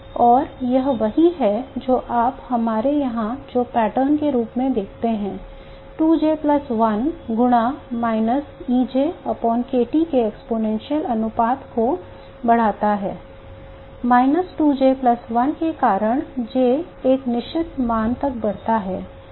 और यह वही है जो आप हमारे यहां जो पैटर्न के रूप में देखते हैं 2J 1 गुना माइनस EJ k T के exponential अनुपात को बढ़ाता रहता है 2J 1 के कारण J के एक निश्चित मान तक बढ़ता रहता है